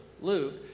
Luke